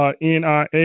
NIA